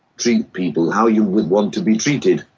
treat people how you would want to be treated,